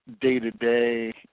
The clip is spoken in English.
day-to-day